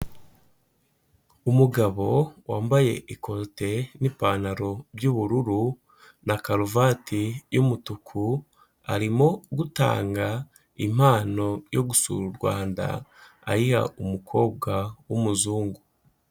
Umugabo wambaye ikote n'ipantaro by'ubururu na karuvati y'umutuku, arimo gutanga impano yo gusura u Rwanda ayiha umukobwa w'umuzungu.